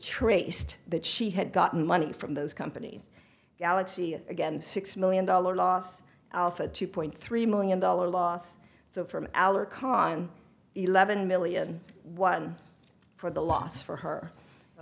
traced that she had gotten money from those companies galaxy again six million dollar loss alpha two point three million dollars loss so from our con eleven million one for the loss for her o